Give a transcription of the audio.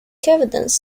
evidence